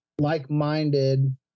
like-minded